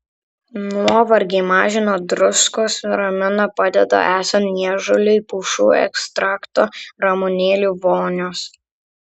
nuovargį mažina druskos ramina padeda esant niežuliui pušų ekstrakto ramunėlių vonios